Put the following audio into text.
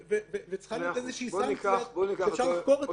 וצריכה להיות סנקציה שאפשר לחקור את העניין.